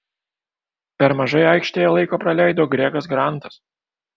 per mažai aikštėje laiko praleido gregas grantas